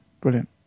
brilliant